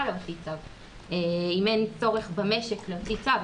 להוציא צו אם אין צורך במשק להוציא צו.